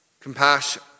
compassion